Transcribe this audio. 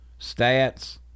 stats